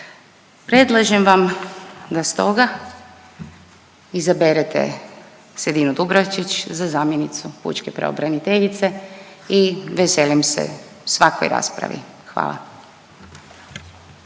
Predlažem vam da stoga izaberete Sedinu Dubravčić za zamjenicu Pučke pravobraniteljice i veselim se svakoj raspravi. Hvala.